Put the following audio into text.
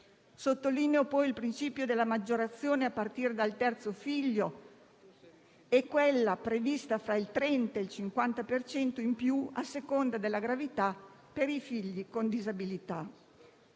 Sottolineo poi il principio della maggiorazione a partire dal terzo figlio e quella, fra il 30 e il 50 per cento in più, a seconda della gravità, prevista per i figli con disabilità.